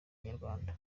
inyarwanda